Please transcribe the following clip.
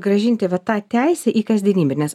grąžinti va tą teisę į kasdienybę nes